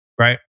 Right